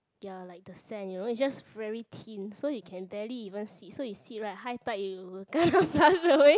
ya like the sand you know it's just very thin so you can barely even sit so you sit right high tide you'll kena flush away